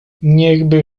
niechby